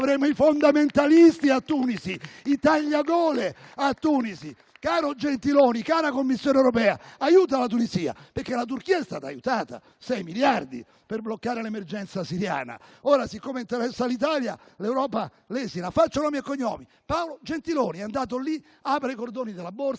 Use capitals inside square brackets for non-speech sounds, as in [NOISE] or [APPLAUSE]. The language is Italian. avremo i fondamentalisti e i tagliagole a Tunisi. [APPLAUSE] Caro Gentiloni, cara Commissione europea, aiuta la Tunisia, perché la Turchia è stata aiutata, con sei miliardi, per bloccare l'emergenza siriana. Ora, siccome interessa l'Italia, l'Europa lesina. Faccio nomi e cognomi: Paolo Gentiloni. È andato lì: apra i cordoni della borsa,